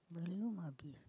belum habis